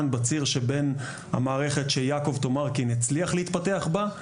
בציר שבין המערכת שיעקב טומרקין הצליח להתפתח בה,